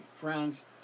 friends